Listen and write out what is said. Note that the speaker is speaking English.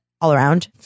all-around